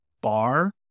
bar